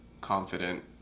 confident